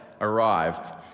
arrived